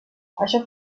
això